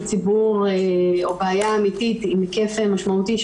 ציבור או בעיה אמיתית עם היקף משמעותי,